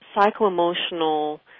psycho-emotional